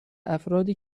افرادی